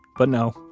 but no.